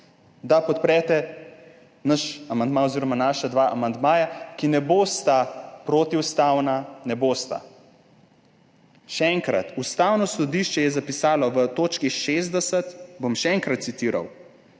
da podprete naš amandma oziroma naša dva amandmaja, ki ne bosta protiustavna. Ne bosta. Še enkrat, Ustavno sodišče je zapisalo v točki 60, bom še enkrat citiral,